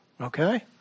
Okay